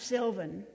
Sylvan